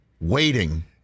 Waiting